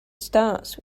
starts